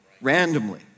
randomly